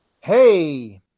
hey